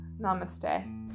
Namaste